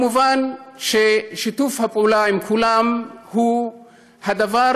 מובן ששיתוף הפעולה עם כולם הוא הדבר